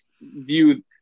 view